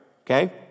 okay